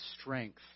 strength